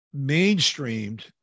mainstreamed